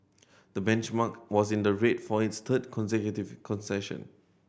the benchmark was in the red for its third consecutive concession